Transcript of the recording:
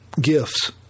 gifts